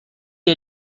est